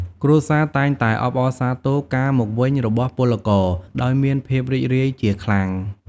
គ្រួសារតែងតែអបអរសាទរការមកវិញរបស់ពលករ ដោយមានភាពរីករាយជាខ្លាំង។